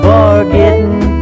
Forgetting